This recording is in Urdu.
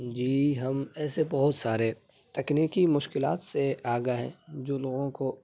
جی ہم ایسے بہت سارے تکنیکی مشکلات سے آگاہ ہیں جو لوگوں کو